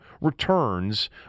returns